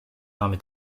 mamy